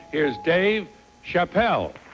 here's dave chappelle